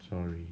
sorry